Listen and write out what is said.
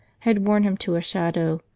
had worn him to a shadow.